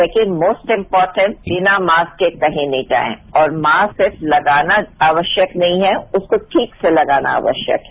second most important बिना mask के कहीं नहीं जाए और मास्क सिर्फ लगाना आवश्यक नहीं है उसको ठीक से लगाना आवश्यक है